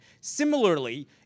Similarly